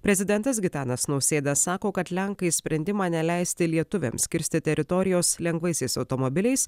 prezidentas gitanas nausėda sako kad lenkai sprendimą neleisti lietuviams kirsti teritorijos lengvaisiais automobiliais